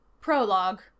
Prologue